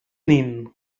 nin